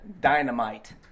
dynamite